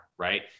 Right